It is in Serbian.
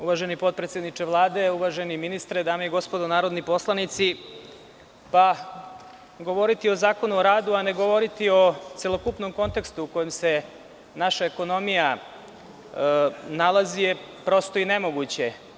Uvaženi potpredsedniče Vlade, uvaženi ministre, dame i gospodo narodni poslanici, govoriti o Zakonu o radu, a ne govoriti o celokupnom kontekstu u kojem se naša ekonomija nalazi je prosto i nemoguće.